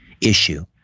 issue